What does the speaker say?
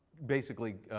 basically,